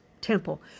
temple